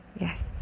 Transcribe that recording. Yes